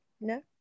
No